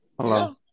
Hello